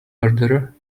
murderer